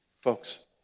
Folks